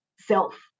self